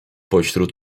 pośród